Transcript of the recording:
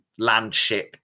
landship